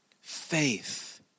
faith